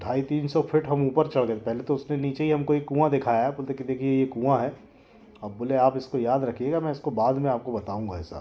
ढ़ाई तीन सौ फीट हम ऊपर चढ़ गए पहले तो उसने नीचे ही हमको एक कुआँ दिखाया बोलते कि देखिए ये कुआँ है अब बोले आप इसको याद रखिएगा मैं इसको बाद में आपको बताऊँगा ऐसा